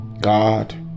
God